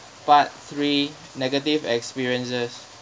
part three negative experiences